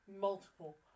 Multiple